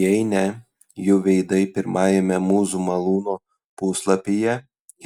jei ne jų veidai pirmajame mūzų malūno puslapyje